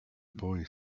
boy